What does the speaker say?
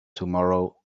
tomorrow